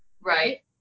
Right